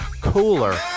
cooler